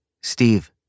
Steve